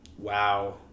wow